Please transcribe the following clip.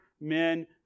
men